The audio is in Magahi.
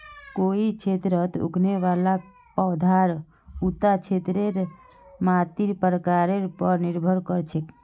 कोई क्षेत्रत उगने वाला पौधार उता क्षेत्रेर मातीर प्रकारेर पर निर्भर कर छेक